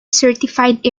certified